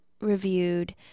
reviewed